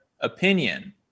opinion